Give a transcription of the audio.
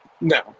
No